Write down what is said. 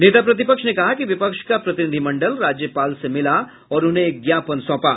नेता प्रतिपक्ष ने कहा कि विपक्ष का प्रतिनिधि मंडल राज्यपाल से मिला और उन्हें एक ज्ञापन सौंपा